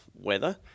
weather